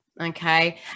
Okay